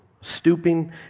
Stooping